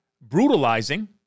brutalizing